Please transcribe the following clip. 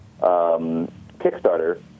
Kickstarter